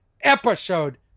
Episode